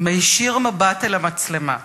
מישיר מבט אל המצלמה ואומר: